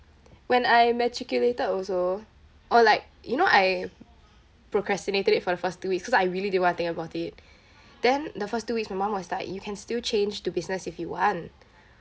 when I matriculated also or like you know I procrastinated it for the first two weeks cause I really didn't want to think about it then the first two weeks my mum was like you can still change to business if you want